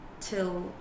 till